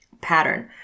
pattern